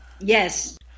Yes